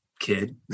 kid